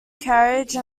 carriage